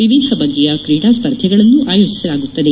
ವಿವಿಧ ಬಗೆಯ ಕ್ರೀಡಾ ಸ್ಪರ್ಧೆಗಳನ್ನೂ ಆಯೋಜಿಸಲಾಗುತ್ತದೆ